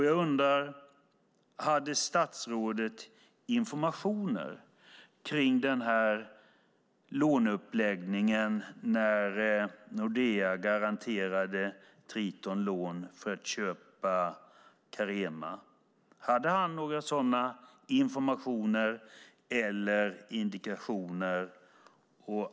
Jag undrar: Hade statsrådet informationer kring det här låneupplägget när Nordea garanterade Triton lån för att köpa Carema? Hade han några sådana informationer eller indikationer?